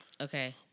Okay